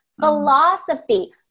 philosophy